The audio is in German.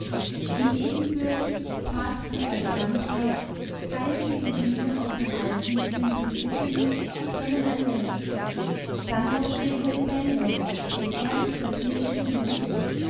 ihm ebenbürtig patry als landrat keine figurine aus dem alten simplicissimus sondern ein mensch dann noch wilhelm bendow mit ehrlich zerknirschtem gesicht